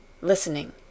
listening